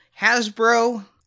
Hasbro